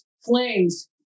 flames